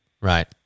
Right